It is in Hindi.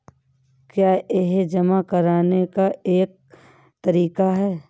क्या यह जमा करने का एक तरीका है?